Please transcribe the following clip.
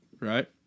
Right